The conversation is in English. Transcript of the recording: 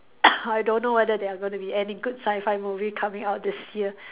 I don't know whether they are gonna be any good Sci-Fi movie coming out this year